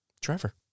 Trevor